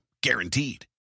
Guaranteed